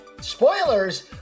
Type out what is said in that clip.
Spoilers